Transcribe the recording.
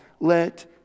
let